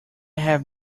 have